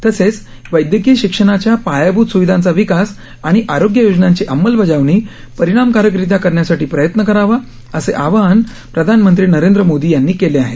तसेच वैद्यकीय शिक्षणाच्या पायाभूत सुविधांचा विकास आणि आरोग्य योजनांची अंमलबजावणी परिणामकारकरित्या करण्यासाठी प्रयत्न करावा असे आवाहन प्रधानमंत्री नरेंद्र मोदी यांनी केले आहे